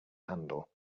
handle